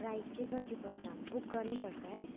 price चाहिँ कति पर्छ बुक गर्नुपर्छ है